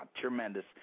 tremendous